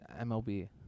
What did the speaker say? MLB